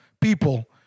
people